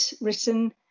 written